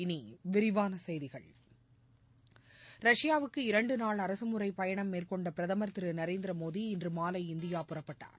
இனி விரிவான செய்திகள் ரஷ்யாவுக்கு இரண்டு நாள் அரசுமுறை பயணம் மேற்கொண்ட பிரதமர் திரு நரேந்திரமோடி இன்று மாலை இந்தியா புறப்பட்டார்